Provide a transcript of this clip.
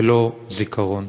ולא זיכרון.